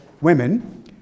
women